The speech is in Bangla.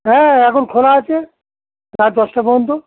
হ্যাঁ এখন খোলা আছে রাত দশটা পর্যন্ত